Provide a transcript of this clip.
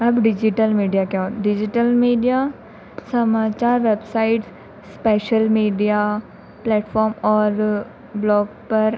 अब digital media क्या हो डिज़िटल मीडिया समाचार वेबसाइट्स सोशल मीडिया प्लेटफ़ॉर्म और ब्लॉग पर